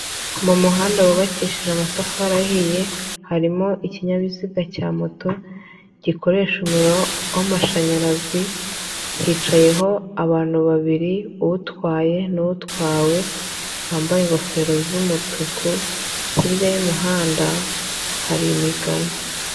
Ni umuhanda wubakishije amatafari ahiye harimo ikinyabiziga cya moto gikoresha umuriro w'amashanyarazi, hicayeho abantu babiri utwaye n'utwawe wambaye ingofero z'umutuku, hirya y'umuhanda hari imigano.